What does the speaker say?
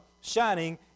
shining